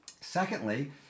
Secondly